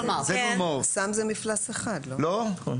אסם זה מפלס אחד, לא?